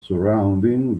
surrounding